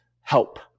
help